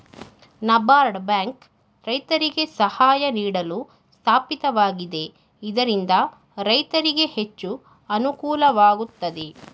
NABARD bank ರೈತರಿಗೆ ಸಹಾಯ ನೀಡಲು ಸ್ಥಾಪಿತವಾಗಿದೆ ಇದರಿಂದ ರೈತರಿಗೆ ಹೆಚ್ಚು ಅನುಕೂಲವಾಗುತ್ತದೆ